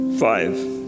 Five